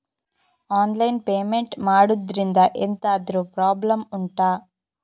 online payment ಮಾಡುದ್ರಿಂದ ಎಂತಾದ್ರೂ problem ಉಂಟಾ